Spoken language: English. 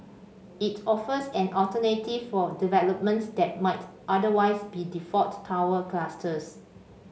it offers an alternative for developments that might otherwise be default tower clusters